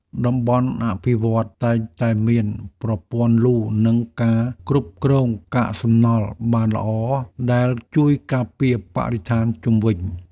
តំបន់អភិវឌ្ឍន៍តែងតែមានប្រព័ន្ធលូ និងការគ្រប់គ្រងកាកសំណល់បានល្អ ដែលជួយការពារបរិស្ថានជុំវិញ។